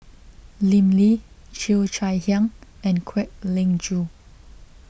Lim Lee Cheo Chai Hiang and Kwek Leng Joo